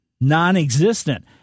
non-existent